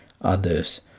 others